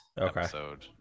episode